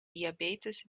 diabetes